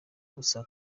gusa